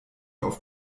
auf